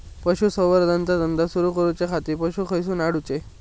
पशुसंवर्धन चा धंदा सुरू करूच्या खाती पशू खईसून हाडूचे?